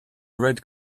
red